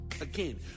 Again